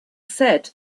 said